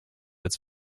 its